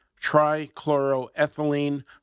trichloroethylene